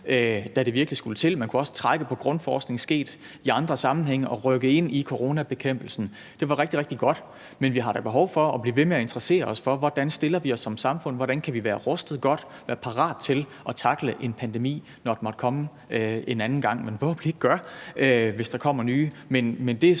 da det virkelig skulle til, og man kunne også trække på grundforskning sket i andre sammenhænge og rykke ind i coronabekæmpelsen. Det var rigtig, rigtig godt, men vi har da et behov for at blive ved med at interessere os for, hvordan vi stiller os som samfund, hvordan vi kan være rustet godt, være parat til at tackle en pandemi, når den måtte komme en anden gang, hvad den forhåbentlig ikke gør. Men det sker så